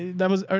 that was,